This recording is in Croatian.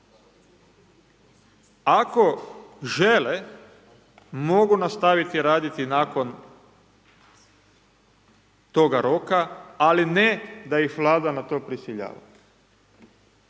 Ako žele mogu nastaviti raditi nakon toga roka, ali ne da ih vlada na to prisiljava,